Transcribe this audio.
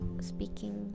speaking